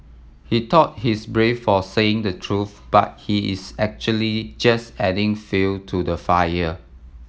he thought he's brave for saying the truth but he is actually just adding fuel to the fire